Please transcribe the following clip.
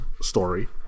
story